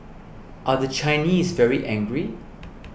are the Chinese very angry